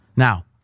Now